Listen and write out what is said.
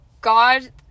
god